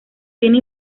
tiene